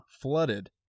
flooded